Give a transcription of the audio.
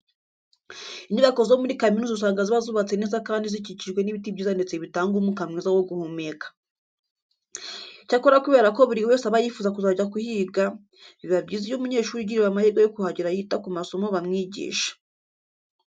Inyubako zo muri kaminuza usanga ziba zubatse neza kandi zikikijwe n'ibiti byiza ndetse bitanga umwuka mwiza wo guhumeka. Icyakora kubera ko buri wese aba yifuza kuzajya kuhiga, biba byiza iyo umunyeshuri ugiriwe amahirwe yo kuhagera yita ku masomo bamwigisha.